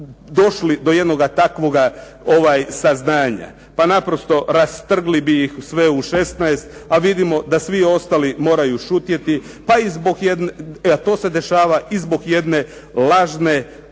došli do jednoga takvoga saznanja? Pa naprosto rastrgli bi ih sve u šesnaest, a vidimo da svi ostali moraju šutjeti. To se dešava i zbog jedne lažne,